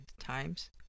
times